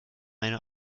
eine